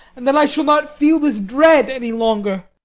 and then i shall not feel this dread any longer.